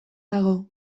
dago